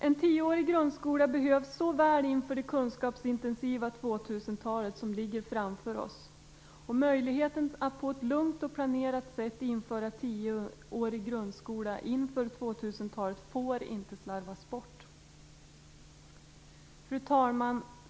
En tioårig grundskola behövs så väl inför det kunskapsintensiva 2000-talet som ligger framför oss. Möjligheten att på ett lugnt och planerat sätt införa en tioårig grundskola inför 2000-talet får inte slarvas bort. Fru talman!